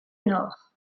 nord